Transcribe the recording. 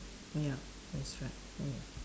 ya that's right mm